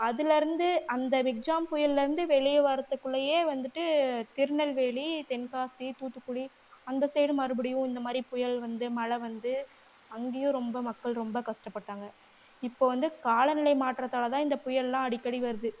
அதுலேருந்து அந்த மிக்ஜாம் புயலேருந்து வெளியே வரத்துக்குள்ளையே வந்துட்டு திருநெல்வேலி தென்காசி தூத்துக்குடி அந்த சைடு மறுபடியும் இந்த மாதிரி புயல் வந்து மழை வந்து அங்கையும் ரொம்ப மக்கள் ரொம்ப கஷ்டப்பட்டாங்க இப்போ வந்து காலநிலை மாற்றத்தால் தான் இந்த புயலெலாம் அடிக்கடி வருது